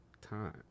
time